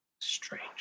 Strange